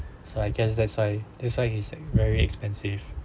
so I guess that's why that's why it's like very expensive